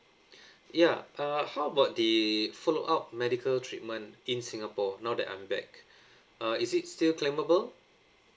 ya uh how about the follow up medical treatment in singapore now that I'm back uh is it still claimable